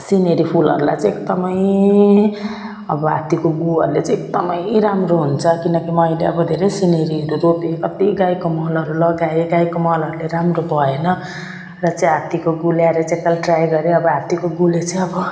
scenery फुलहरूलाई चाहिँ एकदम अब हात्तीको गुहुहरूले चाहिँ एकदम राम्रो हुन्छ किनकि मैले अब धेरै सिनेरीहरू रोपेँ कति गाईको मलहरू लगाएँ गाईको मलहरूले राम्रो भएन र चाहिँ हात्तीको गुहु ल्याएर चाहिँ एक ताल ट्राई गरेँ अब हात्तीको गुहुले चाहिँ अब